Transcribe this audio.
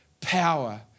power